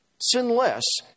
sinless